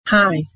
Hi